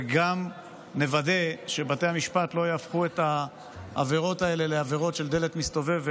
וגם נוודא שבתי המשפט לא יהפכו את העבירות האלה לעבירות של דלת מסתובבת,